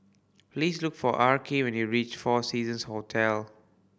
please look for Arkie when you reach Four Seasons Hotel